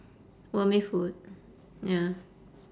warmie food ya